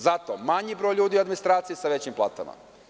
Zato, manji broj ljudi u administraciji sa većim platama.